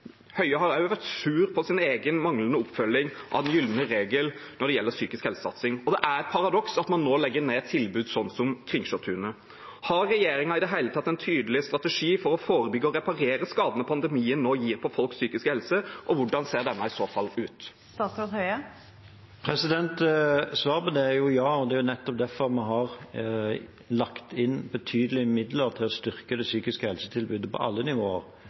Høie har også vært sur på sin egen manglende oppfølging av den gylne regel når det gjelder satsing på psykisk helse. Og det er et paradoks at man nå legger ned tilbud som f.eks. Kringsjåtunet. Har regjeringen i det hele tatt en tydelig strategi for å forebygge og reparere skadene pandemien nå gir på folks psykiske helse, og hvordan ser den i så fall ut? Svaret på det er ja. Det er derfor vi har lagt inn betydelige midler til å styrke tilbudet innen psykisk helse på alle nivåer: